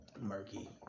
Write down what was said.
murky